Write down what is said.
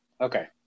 Okay